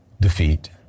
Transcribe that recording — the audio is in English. defeat